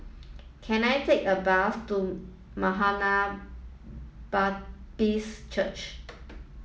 can I take a bus to Maranatha Baptist Church